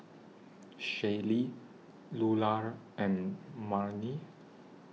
Shaylee Lular and Marni